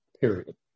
period